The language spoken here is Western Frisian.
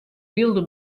wylde